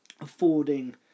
affording